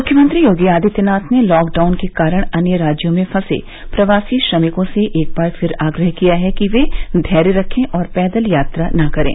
मुख्यमंत्री योगी आदित्यनाथ ने लॉकडाउन के कारण अन्य राज्यों में फसे प्रवासी श्रमिकों से एक बार फिर आग्रह किया है कि वे धैर्य रखें और पैदल यात्रा न करें